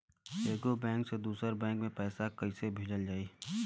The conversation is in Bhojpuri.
एगो बैक से दूसरा बैक मे पैसा कइसे भेजल जाई?